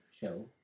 show